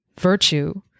virtue